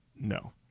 no